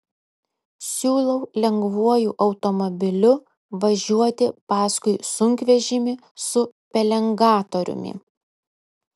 siūlau lengvuoju automobiliu važiuoti paskui sunkvežimį su pelengatoriumi